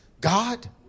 God